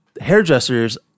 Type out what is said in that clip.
hairdressers